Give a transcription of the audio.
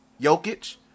Jokic